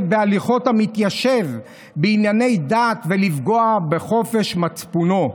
בהליכות המתיישב בענייני דת ולפגוע בחופש מצפונו,